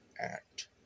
Act